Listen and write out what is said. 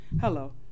Hello